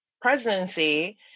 presidency